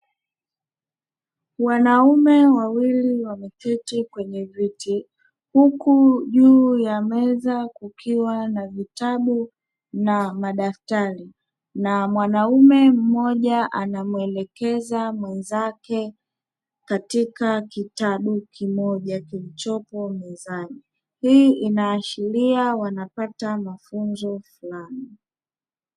Wanaume wawili wameketi kwenye viti, huku juu ya meza kukiwa na vitabu na madaftari. Na mwanaume mmoja anamuelekeza mwenzake, katika kitabu kimoja kilichopo mezani. Hii inaashiria wanapata mafunzo fulani.